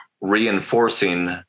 reinforcing